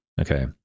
Okay